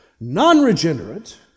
non-regenerate